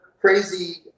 crazy